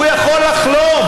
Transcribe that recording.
הוא יכול לחלום.